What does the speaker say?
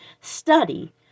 Study